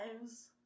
lives